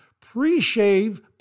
pre-shave